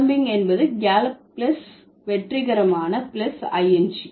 கலம்பிங் என்பது gallop plus வெற்றிகரமான plus i n g